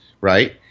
right